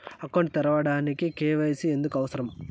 Account తెరవడానికి, KYC ఎందుకు అవసరం?